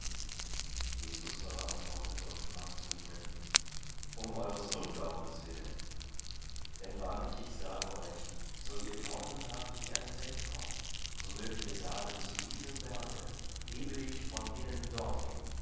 jesus aber antwortete und sprach zu ihnen um eures unglaubens willen denn wahrlich ich sage euch so ihr glauben habt wie ein senfkorn so mögt ihr sagen zu diesem berge hebe dich von hinnen dorthin